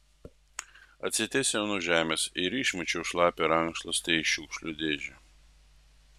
atsitiesiau nuo žemės ir išmečiau šlapią rankšluostį į šiukšlių dėžę